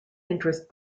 interest